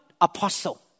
apostle